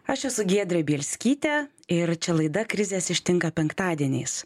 aš esu giedrė bielskytė ir čia laida krizės ištinka penktadieniais